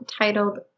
titled